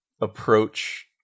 approach